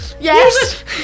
Yes